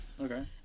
Okay